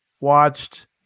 watched